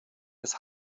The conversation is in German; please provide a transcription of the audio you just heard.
des